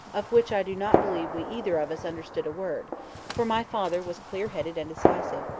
of which i do not believe we either of us understood a word for my father was clear-headed and decisive,